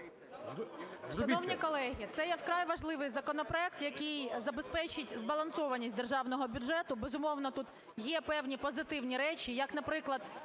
Шановні колеги, це є вкрай важливий законопроект, який забезпечить збалансованість державного бюджету. Безумовно, тут є певні позитивні речі, як наприклад